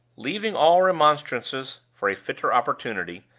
leaving all remonstrances for a fitter opportunity,